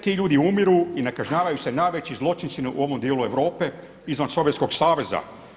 Ti ljudi umiru i ne kažnjavaju se najveći zločinci u ovom dijelu Europe iznad Sovjetskog saveza.